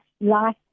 life